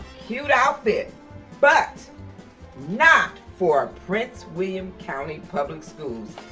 cute outfit but not for prince william county public schools.